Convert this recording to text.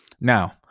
Now